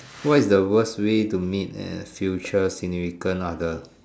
what is the worst way to meet a future significant other